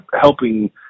helping